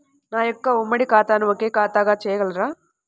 నా యొక్క ఉమ్మడి ఖాతాను ఒకే ఖాతాగా చేయగలరా?